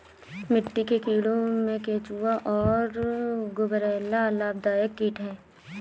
मिट्टी के कीड़ों में केंचुआ और गुबरैला लाभदायक कीट हैं